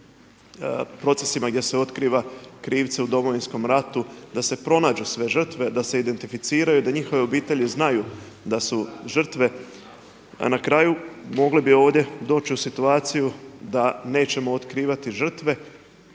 procesima gdje se otkriva krivce u Domovinskom ratu, da se pronađu sve žrtve, da se identificiraju, da njihove obitelji znaju da su žrtve. A na kraju mogli bi ovdje doći u situaciju da nećemo otkrivati žrtve,